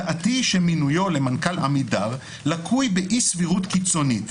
דעתי היא שמינויו למנכ"ל עמידר לקוי באי-סבירות קיצונית,